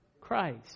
Christ